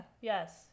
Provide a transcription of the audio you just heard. yes